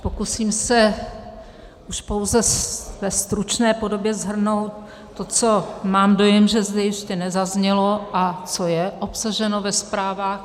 Pokusím se už pouze ve stručné podobě shrnout to, co mám dojem, že zde ještě nezaznělo a co je obsaženo ve zprávách.